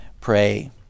pray